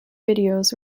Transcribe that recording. videos